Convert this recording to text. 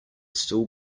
still